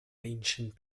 ancient